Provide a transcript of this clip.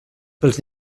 pels